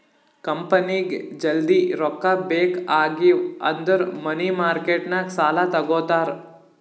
ಕಂಪನಿಗ್ ಜಲ್ದಿ ರೊಕ್ಕಾ ಬೇಕ್ ಆಗಿವ್ ಅಂದುರ್ ಮನಿ ಮಾರ್ಕೆಟ್ ನಾಗ್ ಸಾಲಾ ತಗೋತಾರ್